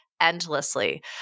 endlessly